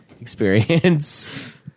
experience